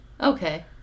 Okay